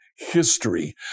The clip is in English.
History